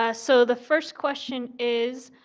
ah so the first question is,